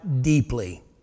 deeply